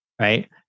right